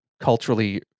culturally